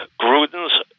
Gruden's